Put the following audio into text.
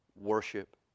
worship